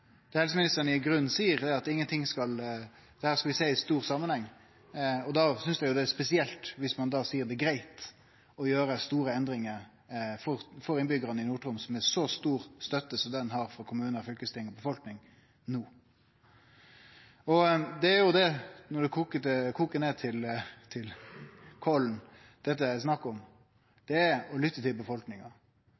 Det helseministeren i grunnen seier, er at dette skal sjåast i ein stor samanheng, og da synest eg det er spesielt viss ein da seier det er greitt å gjere store endringar for innbyggjarane i Nord-Troms, med så stor støtte som ein har frå kommunane, fylkestinget og befolkninga no. Og det er jo det dette handlar om, det som det kokar ned til: å lytte til befolkninga. Og det er